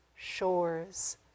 shores